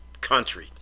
country